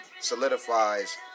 solidifies